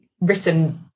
written